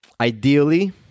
ideally